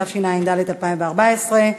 התשע"ד 2014,